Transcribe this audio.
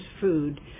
food